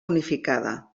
unificada